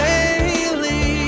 Daily